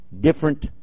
different